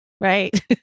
Right